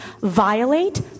violate